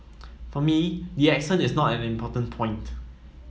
for me the accent is not an important point